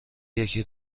یکی